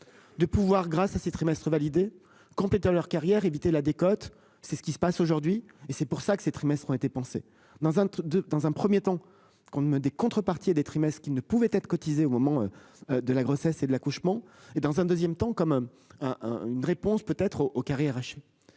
De pouvoir grâce à ses trimestres validés compléter leur carrière éviter la décote. C'est ce qui se passe aujourd'hui et c'est pour ça que trimestres ont été pensés dans un, dans un 1er temps, qu'on ne me des contreparties et des trimestres qui ne pouvait être cotisés au moment. De la grossesse et de l'accouchement et dans un 2ème temps quand même un, un une réponse peut être au aux carrières